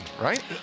right